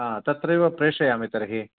हा तत्रैव प्रेषयामि तर्हि